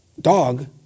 dog